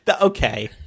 Okay